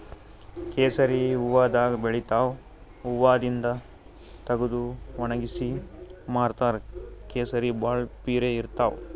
ಕೇಸರಿ ಹೂವಾದಾಗ್ ಬೆಳಿತಾವ್ ಹೂವಾದಿಂದ್ ತಗದು ವಣಗ್ಸಿ ಮಾರ್ತಾರ್ ಕೇಸರಿ ಭಾಳ್ ಪಿರೆ ಇರ್ತವ್